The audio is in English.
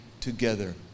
together